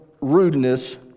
rudeness